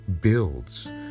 builds